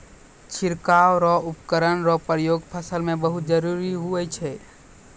छिड़काव रो उपकरण रो प्रयोग फसल मे बहुत जरुरी हुवै छै